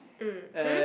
mmhmm